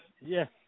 yes